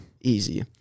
easy